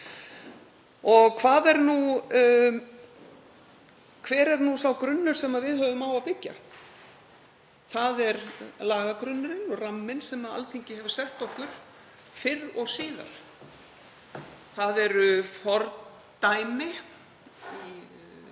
Hver er sá grunnur sem við höfum á að byggja? Það er lagagrunnurinn og ramminn sem Alþingi hefur sett okkur fyrr og síðar, það eru forn dæmi í